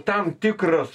tam tikras